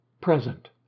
present